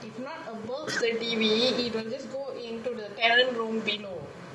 if not above the T_V it will just go into the tel roam below